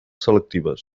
selectives